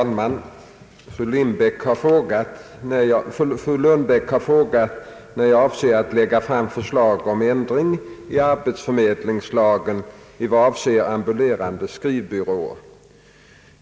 Herr talman! Fröken Lundbeck har frågat mig när jag avser att lägga fram förslag om ändring i arbetsförmedlingslagen i vad den avser 'ambulerande skrivbyråer.